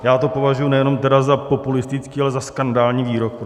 Já to považuji nejenom teda za populistický, ale za skandální výrok.